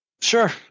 Sure